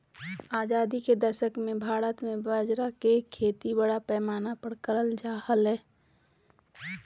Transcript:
आजादी के दशक मे भारत मे बाजरा के खेती बड़ा पैमाना पर करल जा हलय